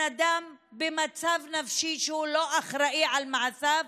אדם במצב נפשי כזה שהוא לא אחראי למעשיו,